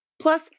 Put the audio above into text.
Plus